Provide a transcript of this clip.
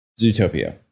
Zootopia